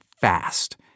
fast